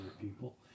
people